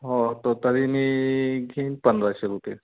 हो तो तरी मी घेईन पंधराशे रुपये